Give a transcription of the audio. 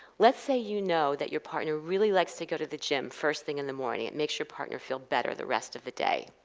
let's say you know that your partner really likes to go to the gym first thing in the morning, it makes your partner feel better the rest of the day.